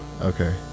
okay